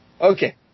Okay